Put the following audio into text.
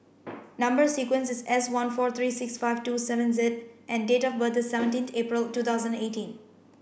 number sequence is S one four three six five two seven Z and date of birth is seventeen April two thousand eighteen